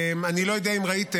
אני לא יודע אם ראיתם,